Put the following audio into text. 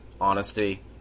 honesty